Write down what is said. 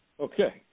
Okay